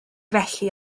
felly